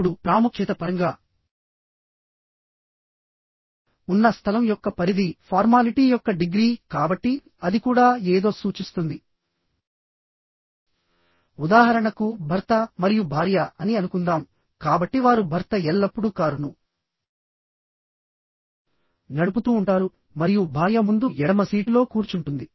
ఇప్పుడు ప్రాముఖ్యత పరంగా ఉన్న స్థలం యొక్క పరిధి ఫార్మాలిటీ యొక్క డిగ్రీ కాబట్టి అది కూడా ఏదో సూచిస్తుంది ఉదాహరణకు భర్త మరియు భార్య అని అనుకుందాం కాబట్టి వారు భర్త ఎల్లప్పుడూ కారును నడుపుతూ ఉంటారు మరియు భార్య ముందు ఎడమ సీటులో కూర్చుంటుంది